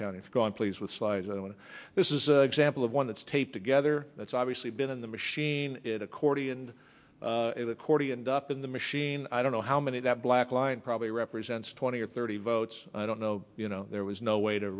county has gone please with size and this is exactly the one that's taped together that's obviously been in the machine accordion corti and up in the machine i don't know how many that black line probably represents twenty or thirty votes i don't know you know there was no way to